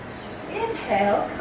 inhale